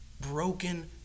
broken